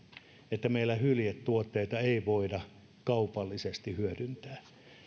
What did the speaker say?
että meillä hyljetuotteita ei voida kaupallisesti hyödyntää